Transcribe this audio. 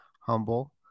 humble